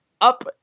up